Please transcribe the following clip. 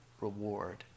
reward